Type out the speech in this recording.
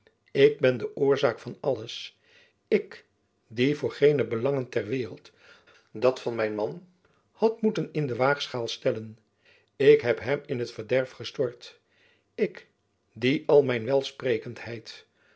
ik ben de oorzaak van alles ik die voor geene belangen ter waereld dat van mijn man had moeten in de waagschaal stellen ik heb hem in t verderf gestort ik die al mijn